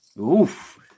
Oof